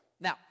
Now